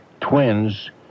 Twins